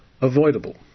avoidable